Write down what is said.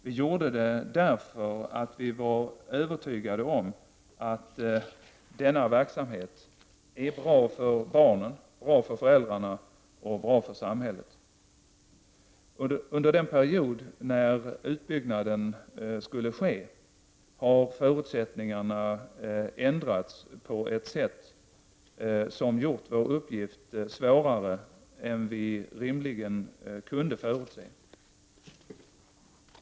Vi gjorde det därför att vi var övertygade om att denna verksamhet är bra för barnen, bra för föräldrarna och bra för samhället. Under den period när utbyggnaden skulle ske har förutsättningarna ändrats på ett sätt som gjort vår uppgift svårare än vi rimligen kunde förutse.